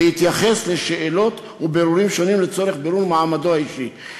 להתייחס לשאלות ובירורים שונים לצורך בירור מעמדו האישי.